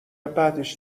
بعدش